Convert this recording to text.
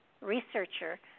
researcher